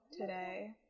today